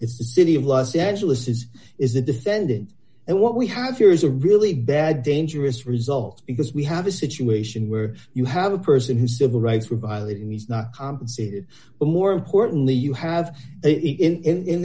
it's the city of los angeles's is the defendant and what we have here is a really bad dangerous result because we have a situation where you have a person who's civil rights were violated he's not compensated but more importantly you have in